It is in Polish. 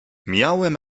miałem